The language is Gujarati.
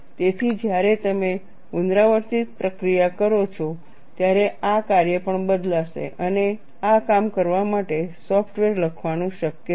તેથી જ્યારે તમે પુનરાવર્તિત પ્રક્રિયા કરો છો ત્યારે આ કાર્ય પણ બદલાશે અને આ કામ કરવા માટે સોફ્ટવેર લખવાનું શક્ય છે